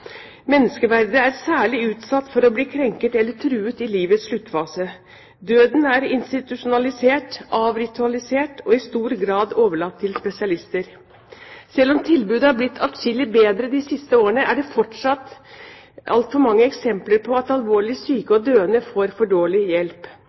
er særlig utsatt for å bli krenket eller truet i livets sluttfase. Døden er institusjonalisert, avritualisert og i stor grad overlatt til spesialister. Selv om tilbudet har blitt atskillig bedre de siste årene, er det fortsatt altfor mange eksempler på at alvorlig syke